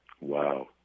Wow